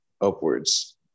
upwards